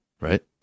Right